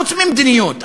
חוץ ממדיניות,